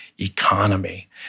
economy